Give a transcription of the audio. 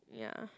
ya